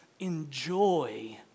Enjoy